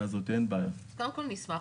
קודם כל נשמח,